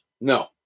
No